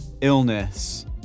illness